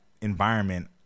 environment